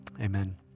Amen